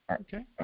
Okay